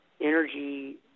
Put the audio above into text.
energy